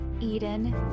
Eden